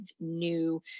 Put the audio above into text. new